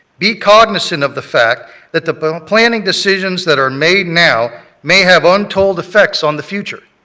be cognizant of the fact that the planning decisions that are made now may have untold effects on the future.